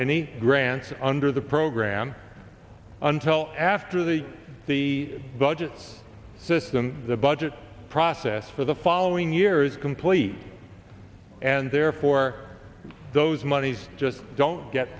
any grants under the program until after the the budgets system the budget process for the following years complete and therefore those monies just don't get